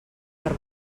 per